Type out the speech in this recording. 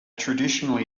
traditionally